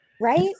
right